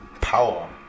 power